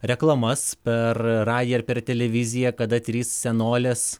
reklamas per radiją ir per televiziją kada trys senolės